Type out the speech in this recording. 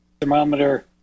thermometer